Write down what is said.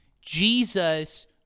Jesus